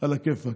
עלא כיפאק.